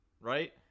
right